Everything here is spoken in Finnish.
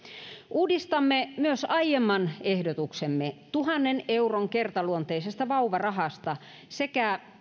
uudistamme myös aiemman ehdotuksemme tuhannen euron kertaluonteisesta vauvarahasta sekä